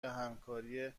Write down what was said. همکاری